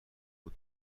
بود